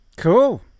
cool